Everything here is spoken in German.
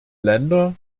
länder